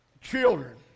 children